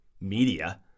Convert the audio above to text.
media